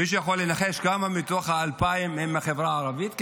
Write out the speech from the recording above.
מישהו יכול לנחש כמה מתוך ה-2,000 הם מהחברה הערבית?